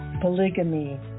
polygamy